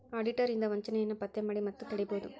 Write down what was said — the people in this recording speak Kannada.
ಆಡಿಟರ್ ಇಂದಾ ವಂಚನೆಯನ್ನ ಪತ್ತೆ ಮಾಡಿ ಮತ್ತ ತಡಿಬೊದು